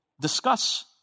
discuss